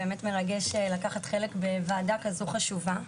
זה באמת מרגש לקחת חלק בוועדה כזו חשובה,